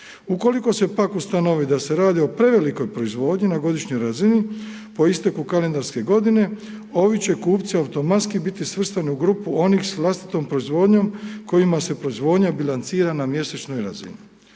Ukoliko se pak ustanovi da se radi o prevelikoj proizvodnji na godišnjoj razini po isteku kalendarske godine, ovi će kupci automatski biti svrstani u grupu onih s vlastitom proizvodnjom kojima se proizvodnja bilancira na mjesečnoj razini.